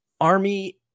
army